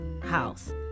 house